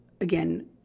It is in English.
again